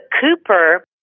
Cooper